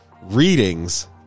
readings